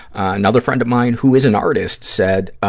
another friend of mine, who is an artist, said